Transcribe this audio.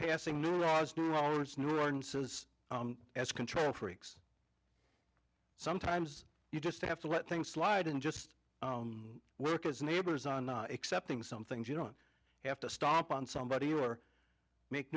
passing new laws as control freaks sometimes you just have to let things slide and just work as neighbors on accepting some things you don't have to stomp on somebody or make